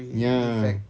ya